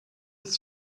his